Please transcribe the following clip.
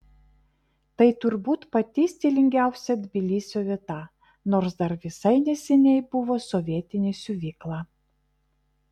tai turbūt pati stilingiausia tbilisio vieta nors dar visai neseniai buvo sovietinė siuvykla